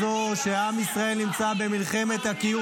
ואמרת לאלמוג שאם הוא יעלה לטלוויזיה וינסה ללכלך על יש עתיד,